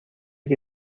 que